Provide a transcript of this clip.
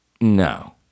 No